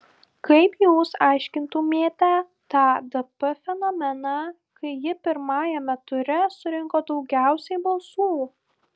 kaip jūs aiškintumėte tą dp fenomeną kai ji pirmajame ture surinko daugiausiai balsų